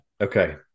Okay